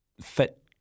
fit